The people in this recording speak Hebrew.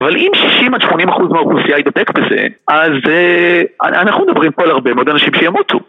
אבל אם 60-80% מהאוכלוסייה ידבק בזה, אז אנחנו מדברים פה על הרבה מאוד אנשים שימותו.